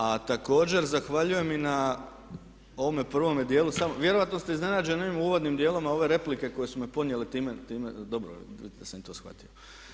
A također zahvaljujem i na ovome prvome djelu, vjerojatno ste iznenađeni ovim uvodnim dijelom, a ove replike koje su me ponijele time dobro da sam i to shvatio.